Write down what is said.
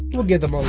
we'll give them